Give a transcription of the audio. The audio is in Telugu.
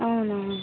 అవునా